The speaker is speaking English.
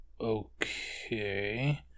okay